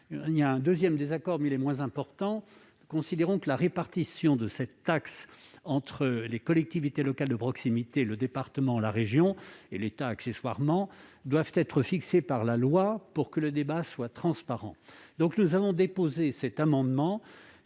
Le second point de désaccord est moins important. Nous considérons que la répartition de cette taxe entre les collectivités locales de proximité, le département, la région et accessoirement l'État doit être fixée par la loi pour que le débat soit transparent. Nous avons donc déposé cet amendement,